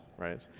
right